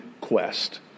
quest